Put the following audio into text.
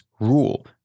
rule